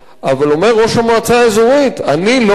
אבל אומר ראש המועצה האזורית: אני לא מוכן